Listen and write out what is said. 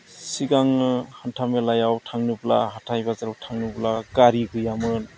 सिगाङो हान्था मेलायाव थांनोब्ला हाथाय बाजाराव थाङोब्ला गारि गैयामोन